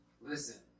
listen